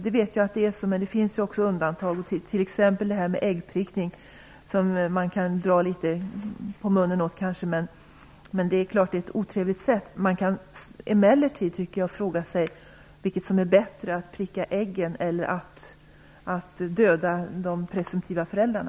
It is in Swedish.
Det finns också undantag, t.ex. när det gäller äggprickning som man kanske kan dra litet på munnen åt, men det är ett otrevligt sätt. Man kan emellertid fråga sig vilket som är bäst, att pricka äggen eller att döda de presumtiva föräldrarna.